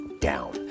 down